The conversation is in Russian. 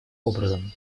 образом